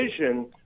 vision